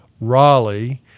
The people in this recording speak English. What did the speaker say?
Raleigh